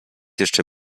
jeszcze